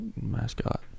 mascot